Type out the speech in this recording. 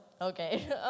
Okay